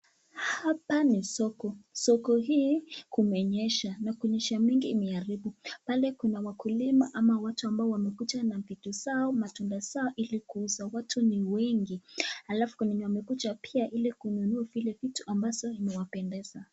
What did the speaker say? Hapa ni soko, soko hii kumenyesha na kunyesha mingi imeharibu pale kuna wakulima ama watu ambao wamekuja na vitu zao matunda zao ili kuuza, watu ni wengi alafu kuna wenye wamekuja pia ili kununua ile vitu ambazo imewapendeza.